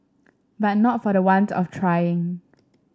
but not for the want of trying